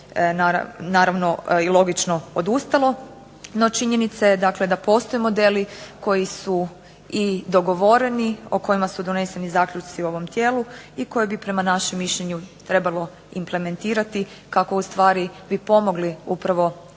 naravno i logično odustalo. No činjenica je dakle, da postoje modeli koji su i dogovoreni, o kojima su doneseni zaključci u ovom tijelu i koje bi prema našem mišljenju trebalo implementirati kako u stvari bi pomogli upravo